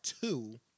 two